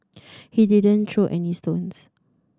he didn't throw any stones